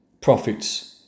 prophets